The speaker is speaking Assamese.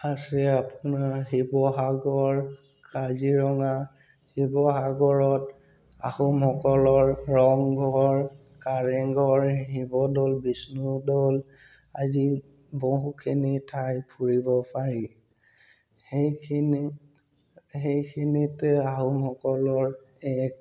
আছে আপোনাৰ শিৱসাগৰ কাজিৰঙা শিৱসাগৰত আহোমসকলৰ ৰংঘৰ কাৰেংঘৰ শিৱদৌল বিষ্ণুদল আদি বহুখিনি ঠাই ফুৰিব পাৰি সেইখিনি সেইখিনিতে আহোমসকলৰ এক